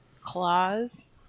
claws